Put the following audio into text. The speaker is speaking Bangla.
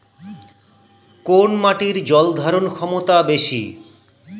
কোন মাটির জল ধারণ ক্ষমতা বেশি?